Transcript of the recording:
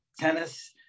tennis